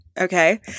okay